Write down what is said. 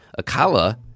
Akala